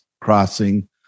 crossing